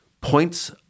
points